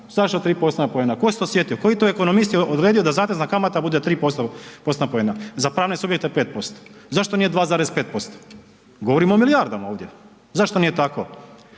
postotna poena? Tko se to sjetio? Koji to ekonomist je odredio da zatezna kamata bude 3%, postotna poena? Za pravne subjekte 5%. zašto nije 2,5%? Govorimo o milijardama ovdje. Zašto nije tako?